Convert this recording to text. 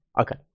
Okay